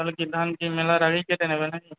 তাহলে কি ধান কি মেলার আগেই কেটে নেবে নাকি